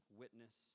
witness